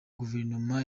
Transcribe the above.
guverinoma